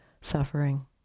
suffering